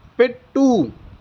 పెట్టు